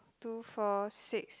two four six